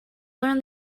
learn